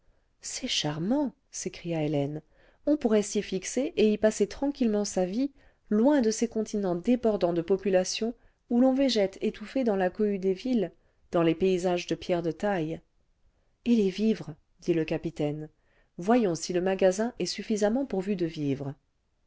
c'est charmant s'écria hélène on pourrait s'y fixer et y passer tranquillement sa vie loin de ces continents débordant de populations où l'on végète étouffé dans la cohue des villes dans les paysages de pierre de taille et les vivres dit le capitaine voyons si le magasin est suffisamment pourvu de vivres